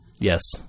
Yes